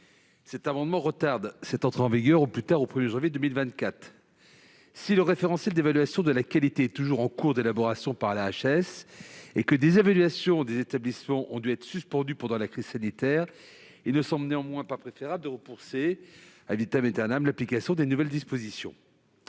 amendement vise à retarder cette entrée en vigueur au plus tard au 1 janvier 2024. Même si le référentiel d'évaluation de la qualité est toujours en cours d'élaboration par la HAS et si des évaluations des établissements ont dû être suspendues pendant la crise sanitaire, il ne nous semble pas pertinent de repousser l'application des nouvelles dispositions.